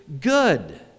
good